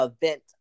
event